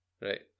Right